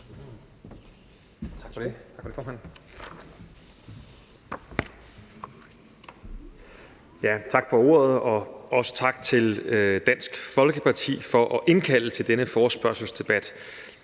Tak for ordet,